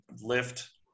lift